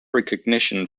recognition